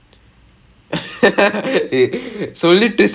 !hey!